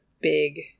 big